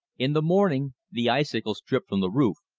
in the morning the icicles dripped from the roof,